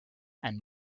and